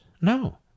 No